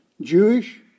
Jewish